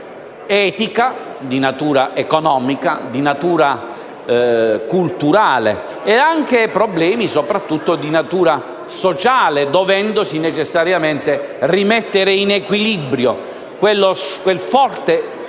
di natura culturale e anche problemi, soprattutto di natura sociale, dovendosi necessariamente rimettere in equilibrio quel forte